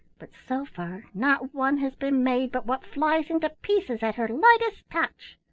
but so far not one has been made but what flies into pieces at her lightest touch.